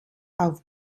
auf